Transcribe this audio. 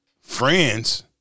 friends